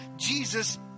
Jesus